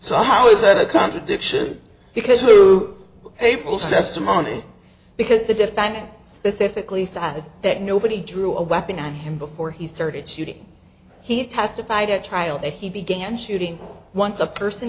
so how is that a contradiction because who paypal's testimony because the defendant specifically says that nobody drew a weapon on him before he started shooting he testified at trial that he began shooting once a person